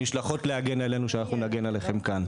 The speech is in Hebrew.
שנשלחות להגן עלינו, שאנחנו נגן עליכן כאן.